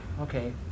okay